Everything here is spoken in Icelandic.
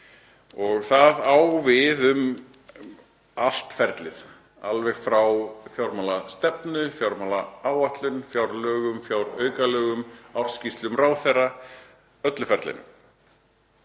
Það á við um allt ferlið, alveg frá fjármálastefnu, fjármálaáætlun, fjárlögum, fjáraukalögum, ársskýrslum ráðherra — í öllu ferlinu.